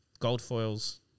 Goldfoil's